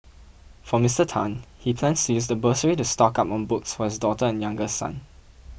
for Mister Tan he plans to use the bursary to stock up on books for his daughter and younger son